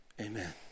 amen